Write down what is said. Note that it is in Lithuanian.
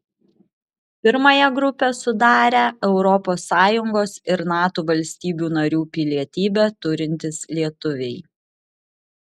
pirmąją grupę sudarę europos sąjungos ir nato valstybių narių pilietybę turintys lietuviai